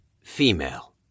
female